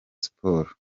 siporo